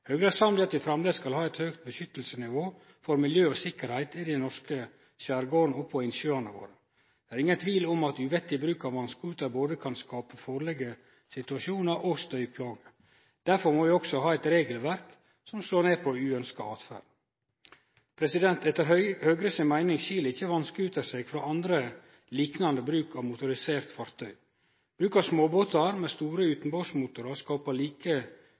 Høgre er samd i at vi framleis skal ha eit høgt nivå på vernet av miljø og tryggleik i den norske skjergarden og på innsjøane våre. Det finst ikkje tvil om at uvettig bruk av vass-scooter kan skape både farlege situasjonar og støyplager. Derfor må vi også ha eit regelverk som slår ned på uønskt åtferd. Etter Høgre si meining skil ikkje bruk av vass-scooter seg frå annan liknande bruk av motoriserte fartøy. Bruk av småbåtar med store utanbordsmotorar skapar i like